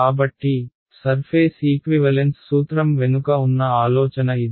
కాబట్టి surface equivalence సూత్రం వెనుక ఉన్న ఆలోచన ఇది